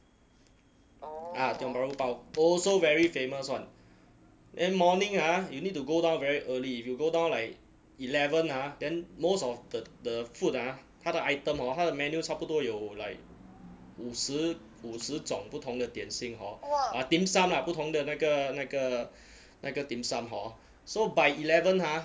ah tiong bahru pau also very famous [one] then morning ah you need to go down very early if you go down like eleven ah then most of the the food ah 他的 item hor 他的 menu 差不多有 like 五十五十种不同的点心 hor ah dim sum la 不同的那个那个那个 dim sum hor so by eleven !huh!